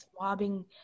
swabbing